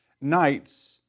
nights